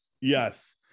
Yes